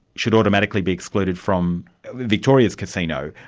should automatically be excluded from victoria's casino.